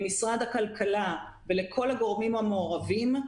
למשרד הכלכלה ולכל הגורמים המעורבים,